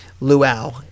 luau